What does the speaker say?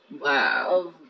Wow